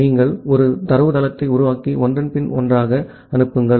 எனவே நீங்கள் ஒரு தரவுத்தளத்தை உருவாக்கி ஒன்றன்பின் ஒன்றாக அனுப்புங்கள்